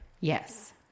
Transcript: Yes